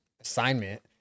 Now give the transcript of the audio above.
assignment